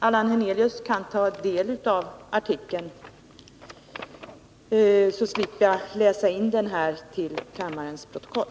Allan Hernelius kan ta del av artikeln, så slipper jag här läsa in den till kammarens protokoll.